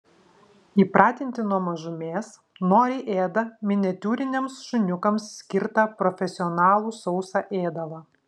įpratinti nuo mažumės noriai ėda miniatiūriniams šuniukams skirtą profesionalų sausą ėdalą